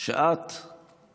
שאת היית